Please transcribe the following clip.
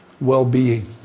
well-being